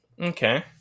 Okay